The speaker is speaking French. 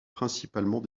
principalement